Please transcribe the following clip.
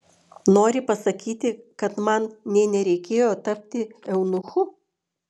nori pasakyti kad man nė nereikėjo tapti eunuchu